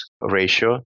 ratio